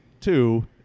two